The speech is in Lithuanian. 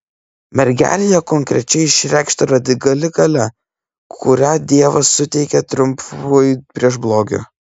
mergelėje konkrečiai išreikšta radikali galia kurią dievas suteikė triumfui prieš blogį